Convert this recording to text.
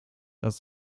dass